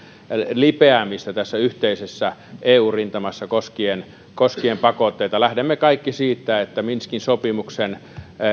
lipeämistä tässä yhteisessä eu rintamassa koskien koskien pakotteita lähdemme kaikki siitä että minskin sopimuksen